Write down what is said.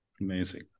Amazing